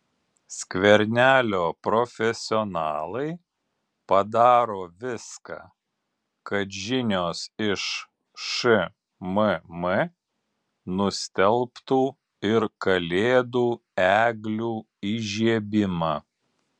skvernelio profesionalai padaro viską kad žinios iš šmm nustelbtų ir kalėdų eglių įžiebimą